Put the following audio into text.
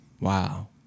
Wow